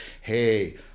Hey